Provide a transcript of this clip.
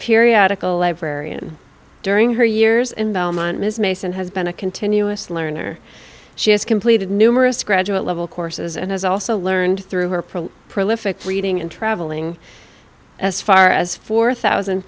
periodical librarian during her years in belmont ms mason has been a continuous learner she has completed numerous graduate level courses and has also learned through her pretty prolific reading and traveling as far as four thousand